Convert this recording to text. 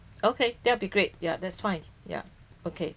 okay that would be great ya that's fine ya okay